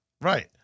Right